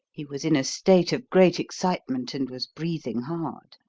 he was in a state of great excitement and was breathing hard.